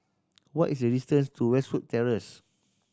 what is the distance to Westwood Terrace